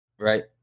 Right